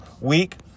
week